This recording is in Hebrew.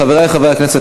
חברי חברי הכנסת,